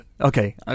Okay